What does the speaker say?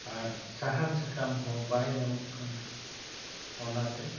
ᱟᱨ ᱥᱟᱦᱟᱱ ᱥᱟᱠᱟᱢ ᱦᱚᱸ ᱵᱟᱭ ᱧᱟᱢᱚᱜ ᱠᱟᱱᱟ ᱚᱱᱟᱛᱮ